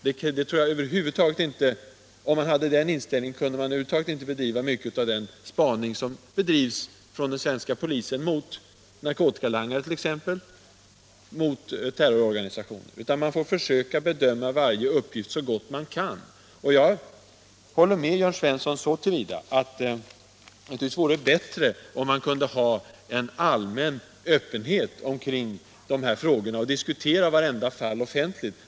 Hade man den inställningen, kunde den svenska polisen över huvud taget inte bedriva mycket av den spaning som den utför mot exempelvis narkotikalangare och terrororganisationer. Man får försöka bedöma varje uppgift så gott man kan. Jag håller med Jörn Svensson så till vida att det naturligtvis vore bättre om man kunde ha en allmän öppenhet kring de här frågorna och diskutera vartenda fall offentligt.